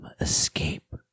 escape